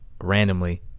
randomly